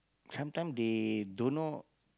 sometime they don't know